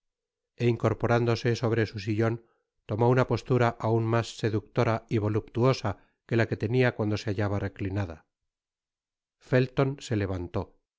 incorporándose sobre su sillon tomó una postura aun mas seductora y voluptuosa que la que tenia cuando se hallaba reclinada felton se levantó se